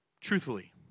truthfully